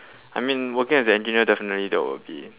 I mean working as an engineer definitely there will be